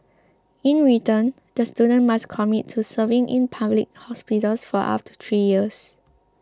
in return the students must commit to serving in public hospitals for up to three years